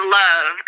love